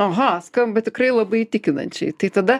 aha skamba tikrai labai įtikinančiai tai tada